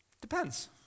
Depends